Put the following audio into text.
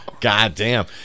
Goddamn